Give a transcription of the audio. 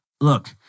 look